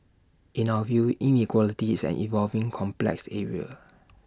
in our view inequality is an evolving complex area